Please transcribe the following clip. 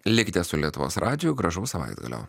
likite su lietuvos radiju gražaus savaitgalio